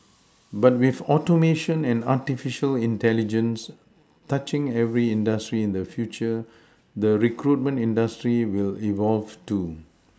but with Automation and artificial intelligence touching every industry in the future the recruitment industry will evolve too